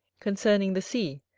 concerning the sea,